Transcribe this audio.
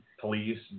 police